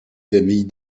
familles